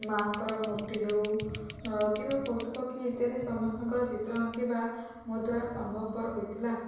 ମା'ଙ୍କର ମୂର୍ତ୍ତି ହେଉ କିମ୍ବା ପଶୁପକ୍ଷୀ ଇତ୍ୟାଦି ସମସ୍ତଙ୍କର ଚିତ୍ର ଆଙ୍କିବା ମୋ ଦ୍ୱାରା ସମ୍ଭବପର ହେଇଥିଲା